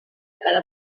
cada